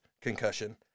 concussion